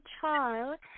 child